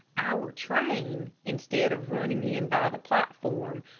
our train, instead of running in by the platform,